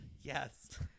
Yes